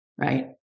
right